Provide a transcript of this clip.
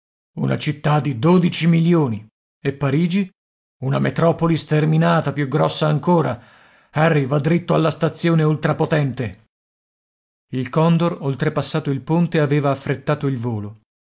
una città di dodici milioni e parigi una metropoli sterminata più grossa ancora harry va diritto alla stazione ultrapotente il condor oltrepassato il ponte aveva affrettato il volo